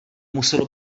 muselo